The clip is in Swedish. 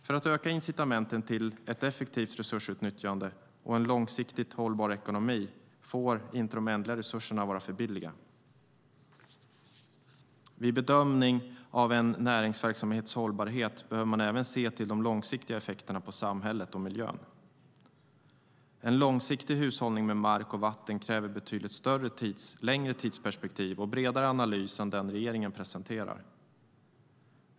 För att öka incitamenten till ett effektivt resursutnyttjande och en långsiktigt hållbar ekonomi får de ändliga resurserna inte vara för billiga. Vid bedömning av en näringsverksamhets hållbarhet behöver man även se till de långsiktiga effekterna på samhället och miljön. En långsiktig hushållning med mark och vatten kräver betydligt längre tidsperspektiv och bredare analys än vad regeringen presenterar.